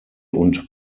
und